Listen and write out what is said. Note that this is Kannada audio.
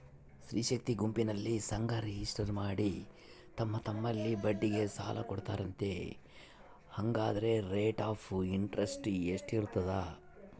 ಸ್ತ್ರೇ ಶಕ್ತಿ ಗುಂಪಿನಲ್ಲಿ ಸಂಘ ರಿಜಿಸ್ಟರ್ ಮಾಡಿ ತಮ್ಮ ತಮ್ಮಲ್ಲೇ ಬಡ್ಡಿಗೆ ಸಾಲ ಕೊಡ್ತಾರಂತೆ, ಹಂಗಾದರೆ ರೇಟ್ ಆಫ್ ಇಂಟರೆಸ್ಟ್ ಎಷ್ಟಿರ್ತದ?